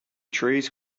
trees